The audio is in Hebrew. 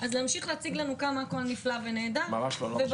אז להמשיך להציג לנו כמה הכול נפלא ונהדר וכשנגיע